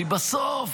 כי בסוף